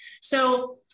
So-